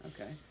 Okay